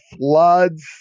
floods